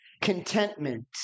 contentment